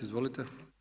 Izvolite.